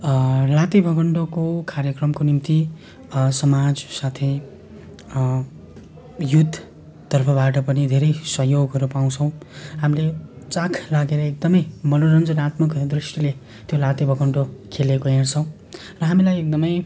लाते भकुन्डोको कार्यक्रमको निम्ति समाज साथै युथ तर्फबाट पनि धेरै सहयोगहरू पाउँछौँ हामीले चाख लागेर एकदमै मनोरञ्जनात्मक दृष्टिले त्यो लाते भकुन्डो खेलेको हेर्छौँ र हामीलाई एकदमै